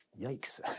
Yikes